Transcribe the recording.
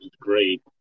Great